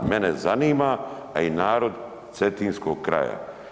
Mene zanima a i narod cetinskog kraja.